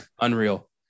Unreal